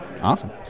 Awesome